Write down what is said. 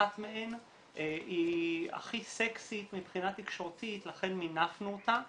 אחת מהן היא הכי סקסית מבחינה תקשורתית ולכן מינפנו אותה,